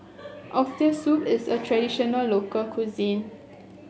Oxtail Soup is a traditional local cuisine